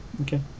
Okay